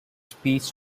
speech